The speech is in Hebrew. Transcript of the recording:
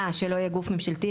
אה שזה לא יהיה גוף ממשלתי,